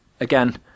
again